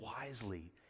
wisely